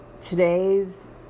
today's